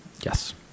Yes